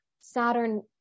Saturn